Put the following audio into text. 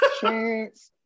Chance